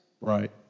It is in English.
Right